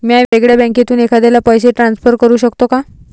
म्या वेगळ्या बँकेतून एखाद्याला पैसे ट्रान्सफर करू शकतो का?